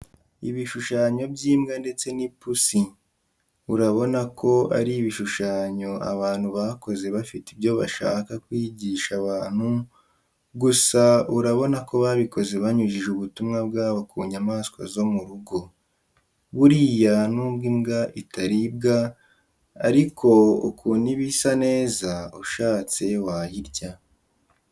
Ibishushanyo by'imbwa ndetse n'ipusi urabona ko ari ibishushanyo abantu bakoze bafite ibyo bashaka kwigisha abanti gusa urabona ko babikoze banyujije ubutumwa bwabo ku nyamaswa zo mu rugo. Buriya nubwo imbwa itaribwa ariko ukuntu iba isa neza ushatse wayirya.